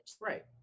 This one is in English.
right